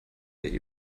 der